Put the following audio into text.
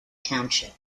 township